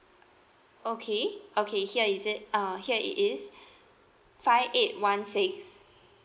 okay okay here is it uh here it is five eight one six